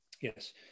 Yes